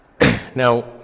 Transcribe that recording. Now